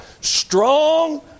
strong